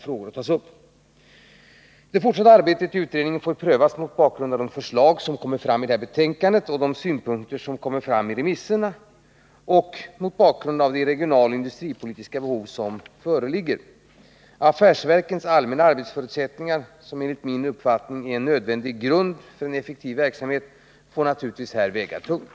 Frågan om det fortsatta arbetet får prövas mot bakgrund av de förslag som framförs i betänkandet och de synpunkter som framkommer i remissomgången samt mot bakgrund av de regionaloch industripolitiska behov som föreligger. Affärsverkens allmänna arbetsförutsättningar, som enligt min uppfattning utgör en nödvändig grund för en effektiv verksamhet, bör härvid väga tungt.